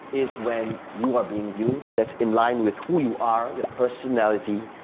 is when you are being you, that's in line with who you are, your personality,